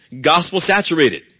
gospel-saturated